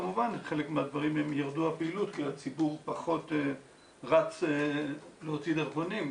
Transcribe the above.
כמובן בחלק מהדברים ירדה הפעילות כי הציבור פחות רץ להוציא דרכונים,